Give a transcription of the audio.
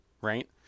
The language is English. right